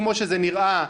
כמו שזה נראה,